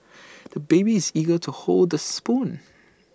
the baby is eager to hold the spoon